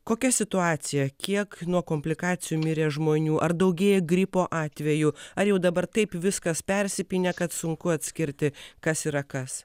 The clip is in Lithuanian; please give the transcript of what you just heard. kokia situacija kiek nuo komplikacijų mirė žmonių ar daugėja gripo atvejų ar jau dabar taip viskas persipynę kad sunku atskirti kas yra kas